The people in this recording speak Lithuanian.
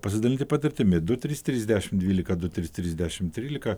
pasidalyti patirtimi du trys trys dešimt dvylika du trys trys dešimt trylika